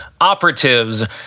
operatives